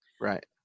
Right